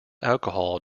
alcohol